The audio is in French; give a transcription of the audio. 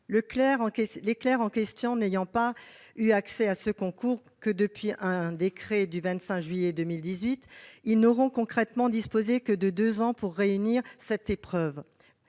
Les clercs en question, n'ayant eu accès à ce concours que depuis un décret du 25 juillet 2018, n'auront concrètement disposé que de deux ans pour réussir cette épreuve.